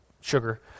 sugar